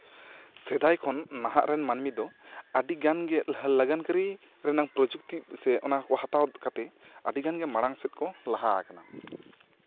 ᱥᱮᱫᱟᱭ ᱠᱷᱚᱱ ᱱᱟᱦᱟᱜ ᱨᱮᱱ ᱢᱟ ᱱᱢᱤ ᱫᱚ ᱟᱹᱰᱤᱜᱟᱱ ᱜᱮ ᱞᱟᱜᱟᱱ ᱠᱟᱨᱤ ᱯᱨᱚᱡᱩᱠᱛᱤ ᱥᱮ ᱚᱱᱟ ᱠᱚ ᱦᱟᱛᱟᱣ ᱠᱟᱛᱮᱜ ᱟᱹᱰᱤᱜᱟᱱ ᱜᱮ ᱢᱟᱲᱟᱝ ᱥᱮᱫ ᱠᱚ ᱞᱟᱦᱟ ᱟᱠᱟᱱᱟ